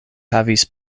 havis